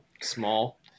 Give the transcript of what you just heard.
Small